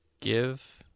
Give